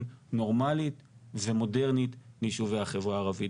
נורמלית ומודרנית ליישובי החברה הערבית,